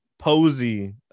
Posey